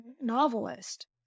novelist